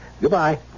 Goodbye